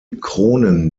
kronen